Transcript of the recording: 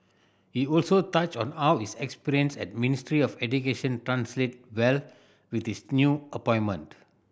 he also touched on how his experience at Ministry of Education translate well with this new appointment